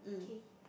K